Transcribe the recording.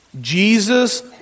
Jesus